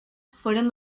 fueron